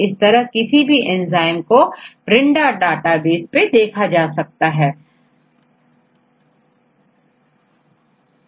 इस तरह tripeptide के एमिनो टर्मिनल एंड को नंबर देने से आप इस विशेष एंजाइम के प्रकार को पहचान जाएंगे